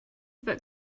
book